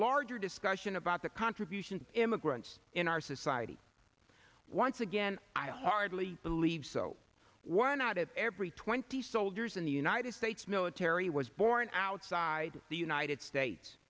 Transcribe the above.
larger discussion about the contributions of immigrants in our society once again i hardly believe so one out of every twenty soldiers in the united states military was born outside the united states